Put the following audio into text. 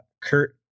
Kurt